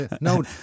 No